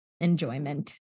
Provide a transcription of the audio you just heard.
enjoyment